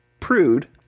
prude